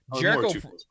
Jericho